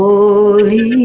Holy